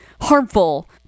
harmful